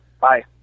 bye